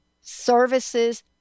services